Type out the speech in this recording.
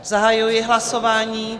Zahajuji hlasování.